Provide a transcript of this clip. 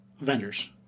vendors